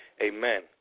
Amen